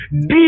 deep